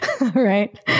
Right